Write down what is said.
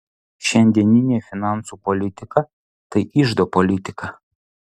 šiandieninė finansų politika tai iždo politika